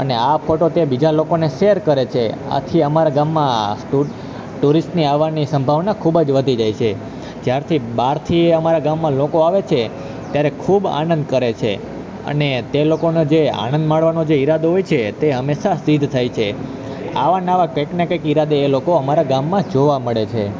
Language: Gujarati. અને આ ફોટો તે બીજા લોકોને શેર કરે છે આથી અમારા ગામમાં ટુ ટુરિસ્ટની આવાની સંભાવના ખૂબ જ વધી જાય છે જ્યારથી બહારથી અમારા ગામમાં લોકો આવે છે ત્યારે ખૂબ આનંદ કરે છે અને તે લોકોનો જે આનંદ માણવાનો જે ઈરાદો હોય છે તે હંમેશાં સિદ્ધ થાય છે આવને આવા કંઈકને કંઈક ઈરાદે એ લોકો અમારા ગામમાં જોવા મળે છે